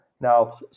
Now